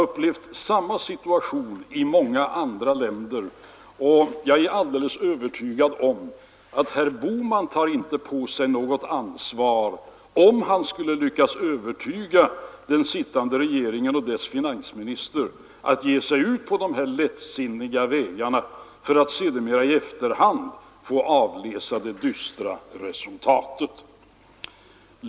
Och samma situation har man upplevt i många andra länder. Jag är alldeles övertygad om att herr Bohman inte tar på sig något ansvar, om han skulle lyckas övertyga den sittande regeringen och dess finansminister att ge sig ut på dessa lättvindiga vägar, för att sedermera i efterhand få avläsa det dystra resultatet.